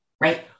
right